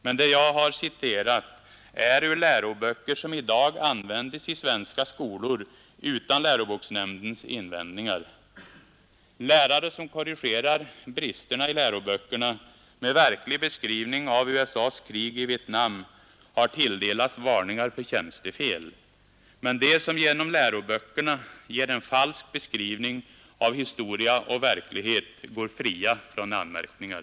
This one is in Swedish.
Men det jag har citerat är hämtat ur läroböcker som i dag användes i svenska skolor, utan Lärare som korrigerar bristerna i läroböckerna med verklig beskrivning av USA:s krig i Vietnam har tilldelats varningar för tjänstefel. Men de som genom läroböckerna ger en falsk beskrivning av historia och verklighet går fria från anmärkningar!